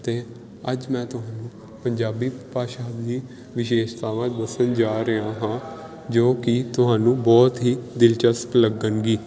ਅਤੇ ਅੱਜ ਮੈਂ ਤੁਹਾਨੂੰ ਪੰਜਾਬੀ ਭਾਸ਼ਾ ਦੀ ਵਿਸ਼ੇਸ਼ਤਾਵਾਂ ਦੱਸਣ ਜਾ ਰਿਹਾ ਹਾਂ ਜੋ ਕਿ ਤੁਹਾਨੂੰ ਬਹੁਤ ਹੀ ਦਿਲਚਸਪ ਲੱਗਣਗੀ